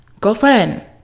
Girlfriend